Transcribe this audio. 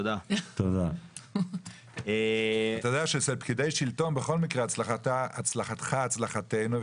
אתה יודע שאצל פקידי שלטון בכל מקרה הצלחתך הצלחתנו,